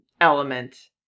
element